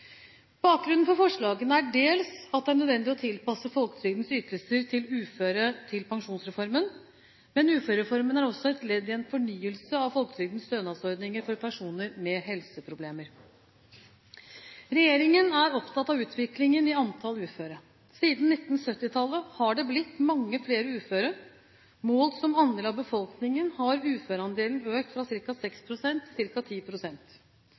Bakgrunnen for forslagene er dels at det er nødvendig å tilpasse folketrygdens ytelser til uføre til pensjonsreformen. Men uførereformen er også et ledd i en fornyelse av folketrygdens stønadsordninger for personer med helseproblemer. Regjeringen er opptatt av utviklingen i antall uføre. Siden 1970-tallet har det blitt mange flere uføre. Målt som andel av befolkningen har uføreandelen økt fra